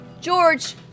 George